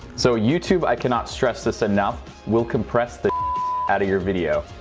so youtube i cannot stress this enough will compress the out of your video.